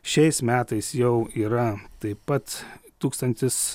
šiais metais jau yra taip pat tūkstantis